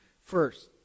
First